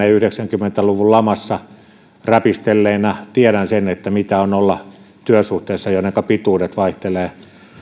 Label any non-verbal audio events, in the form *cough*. *unintelligible* ja yhdeksänkymmentä luvun lamassa räpistelleenä tiedän mitä on olla työsuhteissa joidenka pituudet vaihtelevat